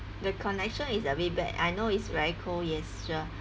the connection is a bit bad I know it's very cold yes sure